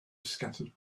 scattered